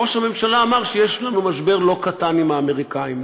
ראש הממשלה אמר שיש לנו משבר לא קטן עם האמריקנים.